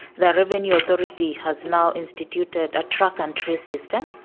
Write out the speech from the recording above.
the revenue authority has now instituted a track and trace system.